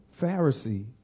Pharisee